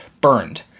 burned